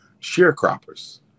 sharecroppers